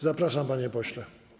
Zapraszam, panie pośle.